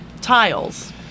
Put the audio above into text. tiles